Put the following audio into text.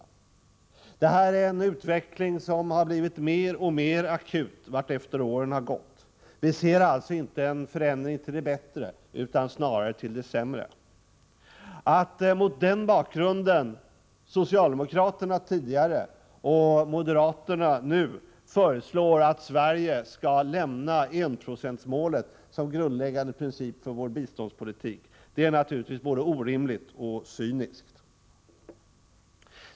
7n Det här är en utveckling som blivit mer och mer akut vartefter åren gått. Vi ser alltså inte en förändring till det bättre utan snarare till det sämre. Att mot den bakgrunden — som socialdemokraterna tidigare och moderaterna nu — föreslå att Sverige skall lämna enprocentsmålet som grundläggande princip för vår biståndspolitik är naturligtvis både orimligt och cyniskt.